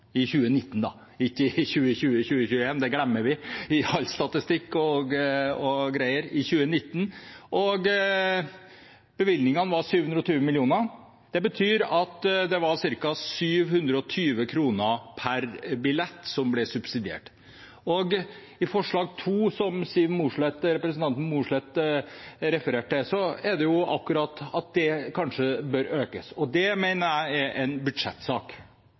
i 2019 – ikke i 2020–2021, det glemmer vi lett i all statistikken. Bevilgningene var på 720 mill. kr. Det betyr at det var ca. 720 kr per billett som ble subsidiert. I forslag nr. 1, som representanten Siv Mossleth refererte til, sier man at det kanskje bør økes, og det mener jeg er en budsjettsak.